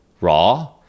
raw